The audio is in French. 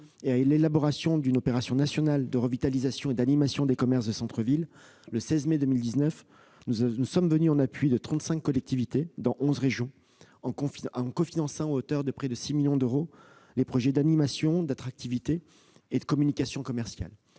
et à l'élaboration de l'opération nationale « revitalisation et animation des commerces » pour les centres-villes. Le 16 mai 2019, nous sommes venus en appui de trente-cinq collectivités, dans onze régions, en cofinançant à hauteur de près de 6 millions d'euros leurs projets d'animation, d'attractivité et de communication commerciales.